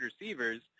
receivers